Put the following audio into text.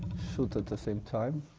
shoot at the same time